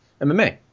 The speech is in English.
MMA